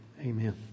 amen